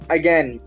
again